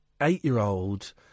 eight-year-old